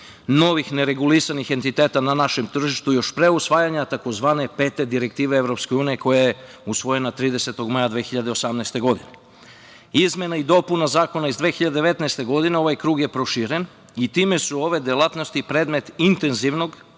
novih neregulisanih entiteta na našem tržištu još pre usvajanja tzv. Pete direktive EU koja je usvojena 30. maja 2018. godineIzmenom i dopunom zakona iz 2019. godine ovaj krug je proširen i time su ove delatnosti predmet intenzivnog